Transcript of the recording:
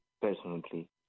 personally